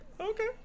Okay